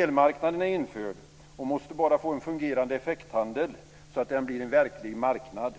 Elmarknaden är införd och måste bara få en fungerande effekthandel så att den blir en verklig marknad.